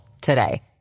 today